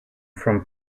from